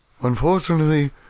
unfortunately